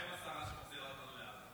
מה עם השרה שמחזירה אותנו לעזה?